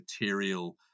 material